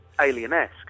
Alien-esque